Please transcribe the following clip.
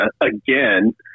again